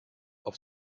auf